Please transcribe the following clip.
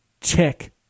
Check